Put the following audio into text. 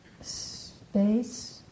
space